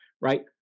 right